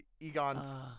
Egon